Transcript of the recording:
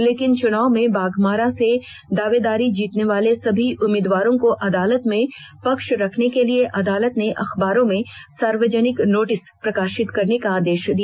लेकिन चुनाव में बाघमारा से दावेदारी जताने वाले सभी उम्मीदवारों को अदालत में पक्ष रखने के लिए अदालत ने अखबारों में सार्वजनिक नोटिस प्रकाशित करने का आदेश दिया